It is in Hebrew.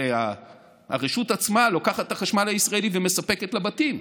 הרי הרשות עצמה לוקחת את החשמל הישראלי ומספקת לבתים.